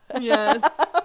yes